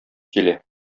килә